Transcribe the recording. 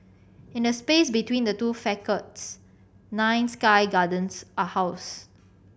in a space between the two nine sky gardens are housed